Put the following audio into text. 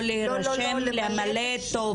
או להירשם למלא טופס?